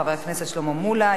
חברי הכנסת שלמה מולה,